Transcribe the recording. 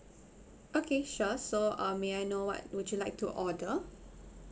okay sure so uh may I know what would you like to order